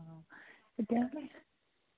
কেতিয়ালৈ